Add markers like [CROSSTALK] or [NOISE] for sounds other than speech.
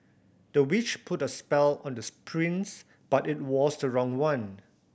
the witch put a spell on the [UNINTELLIGIBLE] prince but it was the wrong one